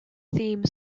theme